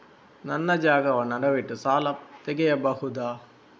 ನನ್ನ ಜಾಗವನ್ನು ಅಡವಿಟ್ಟು ಸಾಲ ತೆಗೆಯಬಹುದ?